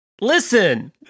Listen